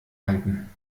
halten